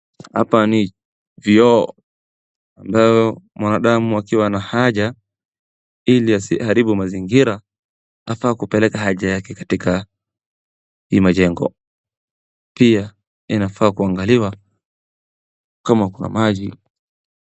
Hapa ni vyoo ambayo mwanadamu akiwa na haja, ili asiharibu mazingira, afaa kupeleka haja yake katika hii majengo. Pia, inafaa kuangaliwa kama kuna maji.